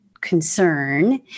concern